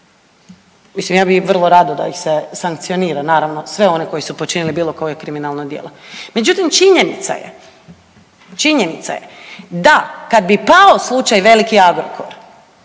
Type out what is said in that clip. Mislim ja bih vrlo rado da ih se sankcionira naravno sve one koji su počinili bilo koje kriminalno djelo. Međutim, činjenica je da kad bi pao slučaj veliki Agrokor